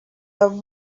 have